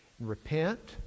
Repent